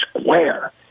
square